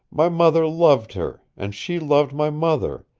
my mother loved her, and she loved my mother,